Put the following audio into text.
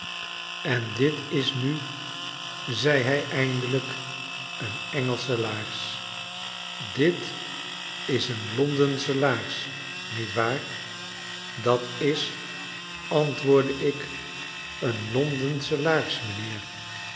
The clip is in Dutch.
en dit is nu zei hij eindelijk een engelsche laars dit is n londensche laars niet waar datis antwoordde ik een londensche laars m'nheer